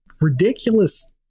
ridiculous